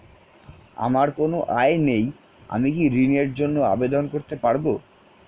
আমার কোনো আয় নেই আমি কি ঋণের জন্য আবেদন করতে পারব?